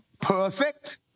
perfect